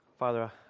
Father